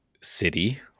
city